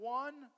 one